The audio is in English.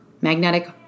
Magnetic